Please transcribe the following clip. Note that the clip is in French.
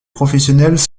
professionnels